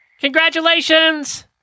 Congratulations